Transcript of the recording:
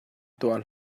tuah